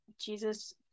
Jesus